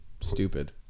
stupid